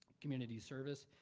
community service,